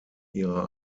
ihrer